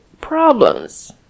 problems